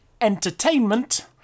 Entertainment